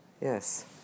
yes